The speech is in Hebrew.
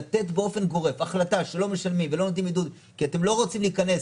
לתת באופן גורף החלטה שלא משלמים ולא נותנים עידוד כי אתם לא רוצים להיכנס